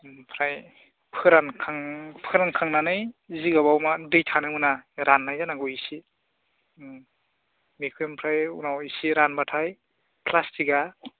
ओमफ्राय फोरानखां फोरानखांनानै जिगाबआव मा दै थानो मोना राननाय जानांगौ एसे उम बेखौ ओमफ्राय उनाव एसे रानबाथाय फ्लास्टिकआ